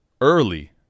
early